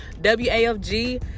W-A-F-G